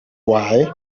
why